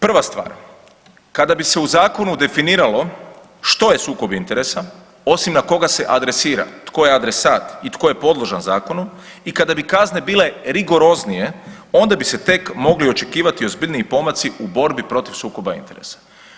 Prva stvar, kada bi se u zakonu definiralo što je sukob interesa, osim na koga se adresira, tko je adresat i tko je podložan zakonu, i kada bi kazne bile rigoroznije onda bi se tek mogli očekivati ozbiljniji pomaci u borbi protiv sukoba interesa.